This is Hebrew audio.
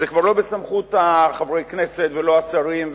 זה כבר לא בסמכות חברי הכנסת ולא השרים.